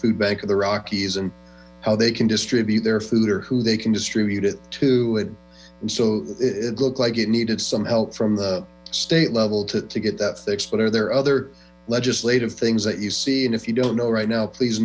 food bank of the rockies how they can distribute their food or who they can distribute it to and so it looked like it needed some help from the state level to get that fixed but are there other legislative things that you see and if you don't know right now please